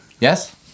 Yes